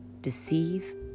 deceive